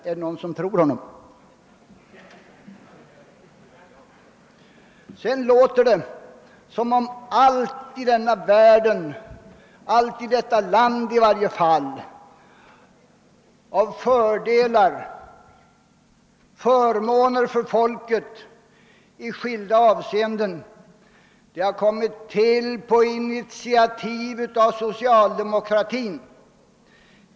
Är det någon som tror honom? Det låter nästan som om alla fördelar och förmåner för folket har kommit till efter initiativ av socialdemokratin.